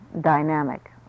dynamic